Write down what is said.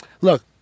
Look